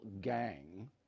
gang